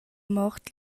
mort